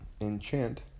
enchant